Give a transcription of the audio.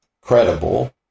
credible